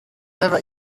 never